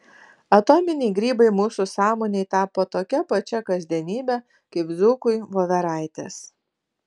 atominiai grybai mūsų sąmonei tapo tokia pačia kasdienybe kaip dzūkui voveraitės